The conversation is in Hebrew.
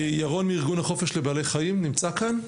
ירון מארגון החופש לבעלי חיים נמצא כאן?